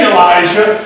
Elijah